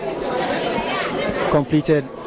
completed